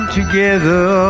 together